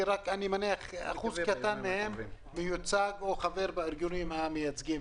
אני מניח שרק אחוז קטן מהם מיוצג או חבר בארגונים המייצגים.